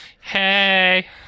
Hey